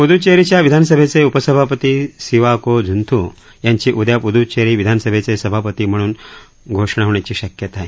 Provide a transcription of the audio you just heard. पुद्देचेरीच्या विधानसभेचे उपसभापती सिवाको झूंथू यांची उद्या पुद्देचेरी विधानसभेचे सभापती म्हणून घोषणा होण्याची शक्यता आहे